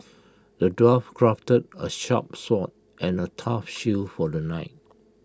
the dwarf crafted A sharp sword and A tough shield for the knight